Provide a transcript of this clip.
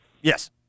Yes